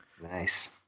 Nice